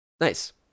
nice